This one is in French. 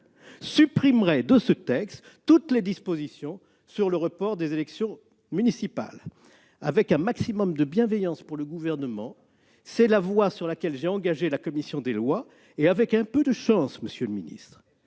supprimerait de ce texte toutes les dispositions relatives au report des élections municipales. Avec un maximum de bienveillance pour le Gouvernement, cette dernière voie est celle sur laquelle j'ai engagé la commission des lois. Avec un peu de chance, monsieur le ministre,